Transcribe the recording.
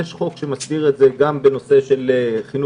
יש חוק שמסדיר את זה גם בנושא של חינוך